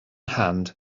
hand